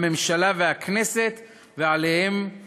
הממשלה והכנסת, ועליהם